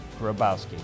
Grabowski